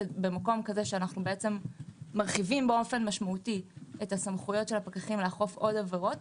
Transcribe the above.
שבמקום כזה שאנו מרחיבים משמעותית את סמכויות הפקחים לאכוף עוד עבירות,